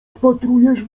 wpatrujesz